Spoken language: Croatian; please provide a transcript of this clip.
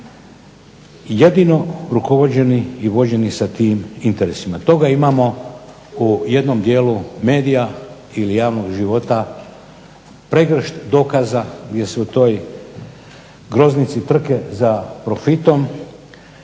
jedino rukovođeni i vođeni sa tim interesima. Toga imamo u jednom dijelu medija ili javnog života pregršt dokaza gdje se u toj groznici trke za profitom